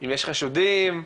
אם חשודים,